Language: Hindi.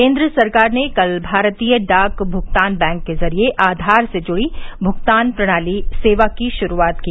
केन्द्र सरकार ने कल भारतीय डाक भुगतान बैंक के जरिये आधार से जुड़ी भुगतान प्रणाली सेवा की शुरूआत की